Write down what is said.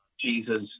Jesus